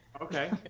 Okay